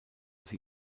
sie